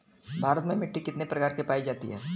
भारत में मिट्टी कितने प्रकार की पाई जाती हैं?